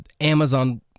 Amazon